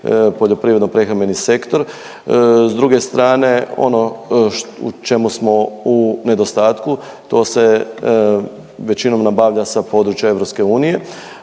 poljoprivredno prehrambeni sektor. S druge strane ono u čemu smo u nedostatku to se većinom nabavlja sa područja EU.